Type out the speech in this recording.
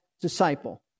disciple